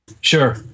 Sure